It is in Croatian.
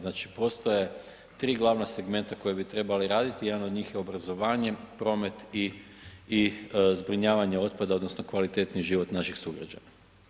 Znači postoje tri glavna segmenta koji bi trebali raditi, jedan od njih je obrazovanje, promet i zbrinjavanje otpada odnosno kvalitetniji život naših sugrađana.